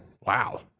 Wow